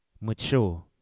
mature